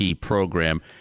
program